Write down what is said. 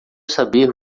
saber